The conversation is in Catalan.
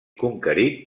conquerit